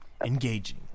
Engaging